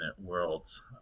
worlds